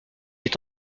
est